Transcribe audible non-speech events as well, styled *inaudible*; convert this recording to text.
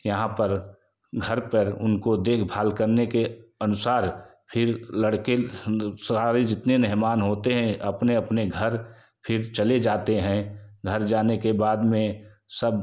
यहाँ पर घर पर उनको देखभाल करने के अनुसार फिर लड़के *unintelligible* सारे जितने मेहमान होते हैं अपने अपने घर फिर चले जाते हैं घर जाने के बाद में सब